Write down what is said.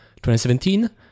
2017